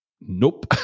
nope